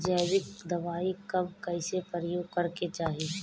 जैविक दवाई कब कैसे प्रयोग करे के चाही?